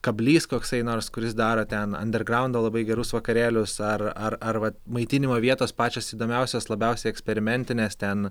kablys koksai nors kuris daro ten andergraudo labai gerus vakarėlius ar ar vat maitinimo vietos pačios įdomiausios labiausiai eksperimentinės ten